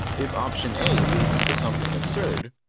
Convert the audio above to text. if option a leads to something absurd,